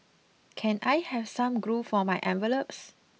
can I have some glue for my envelopes